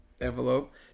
envelope